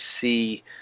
see